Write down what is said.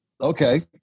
okay